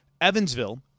Evansville